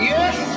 Yes